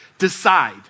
Decide